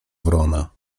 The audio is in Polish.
wrona